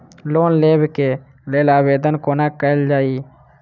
Loan लेबऽ कऽ लेल आवेदन कोना कैल जाइया?